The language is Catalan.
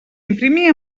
imprimir